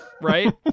right